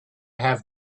have